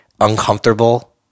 uncomfortable